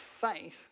faith